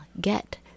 get